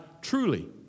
truly